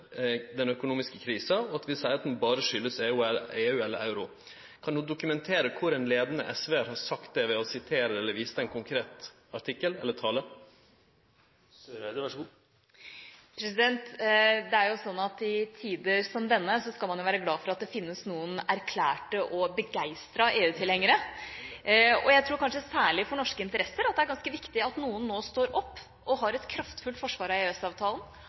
den økonomiske krisa, og at vi seier at ho berre har si årsak i EU eller euro. Kan ho dokumentere kor ein leiande SV-ar har sagt det, ved å sitere eller vise til ein konkret artikkel eller tale? Det er jo sånn at i tider som denne skal man være glad for at det fins noen erklærte og begeistrede EU-tilhengere. Jeg tror kanskje at det særlig for norske interesser er ganske viktig at noen nå står opp og har et kraftfullt forsvar av